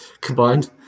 Combined